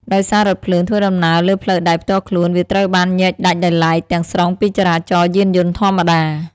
ដោយសាររថភ្លើងធ្វើដំណើរលើ ផ្លូវដែកផ្ទាល់ខ្លួន វាត្រូវបានញែកដាច់ដោយឡែកទាំងស្រុងពីចរាចរណ៍យានយន្តធម្មតា។